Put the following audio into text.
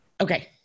Okay